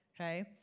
okay